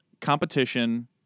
competition